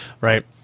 right